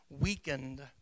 weakened